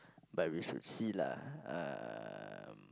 but we should see lah um